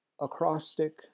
acrostic